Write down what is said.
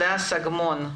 הדס אגמון,